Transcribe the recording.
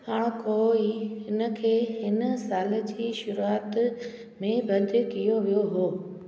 हाणोको ई हिनखे हिन साल जी शुरुआत में बंदि कयो वियो हो